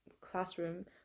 classroom